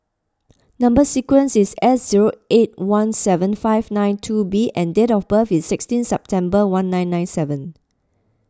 Number Sequence is S zero eight one seven five nine two B and date of birth is sixteen September one nine nine seven